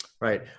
Right